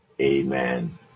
Amen